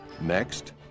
Next